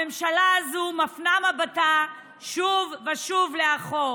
הממשלה הזאת מפנה מבטה שוב ושוב לאחור.